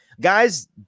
guys